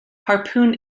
harpoon